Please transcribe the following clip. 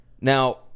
Now